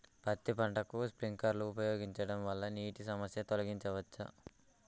పత్తి పంటకు స్ప్రింక్లర్లు ఉపయోగించడం వల్ల నీటి సమస్యను తొలగించవచ్చా?